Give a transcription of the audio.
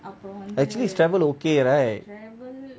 actually is travel okay right